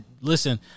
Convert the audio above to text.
listen